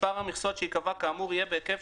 מספר המכסות שייקבע כאמור יהיה בהיקף